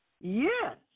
Yes